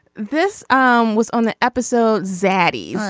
this um was on an episode. zandi.